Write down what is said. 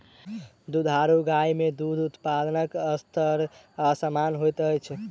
दुधारू गाय मे दूध उत्पादनक स्तर असामन्य होइत अछि